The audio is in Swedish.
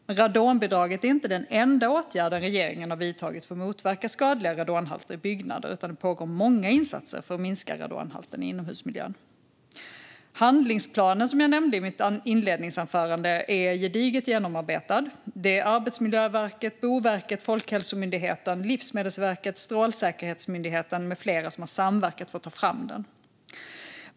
Men radonbidraget är inte den enda åtgärd som regeringen har vidtagit för att motverka skadliga radonhalter i byggnader, utan det pågår många insatser för att minska radonhalten i inomhusmiljön. Handlingsplanen, som jag nämnde i mitt interpellationssvar, är gediget genomarbetad. Det är Arbetsmiljöverket, Boverket, Folkhälsomyndigheten, Livsmedelsverket, Strålsäkerhetsmyndigheten med flera som har samverkat för att ta fram den.